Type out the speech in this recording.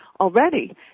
already